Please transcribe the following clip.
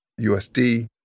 USD